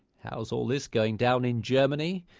how's all this going down in germany?